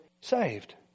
saved